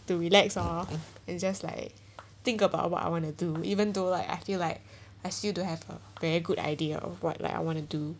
to relax lor it's just like think about what I want to do even though like I feel like I still don't have a very good idea of what like I want to do